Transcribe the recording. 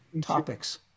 topics